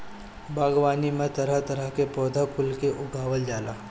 बागवानी में तरह तरह के पौधा कुल के उगावल जाला